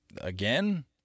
again